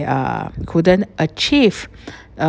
uh couldn't achieve uh